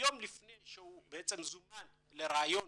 ויום לפני שהוא זומן לראיון